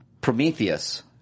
prometheus